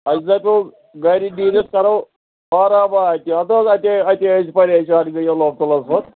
اَسہِ دَپیٛو گَرِ نیٖرِتھ کَرو آراما اَتہِ ہَتہٕ حظ اَتے اَتے أسۍ پریشان گٔے اللہ تعالہَس پَتھ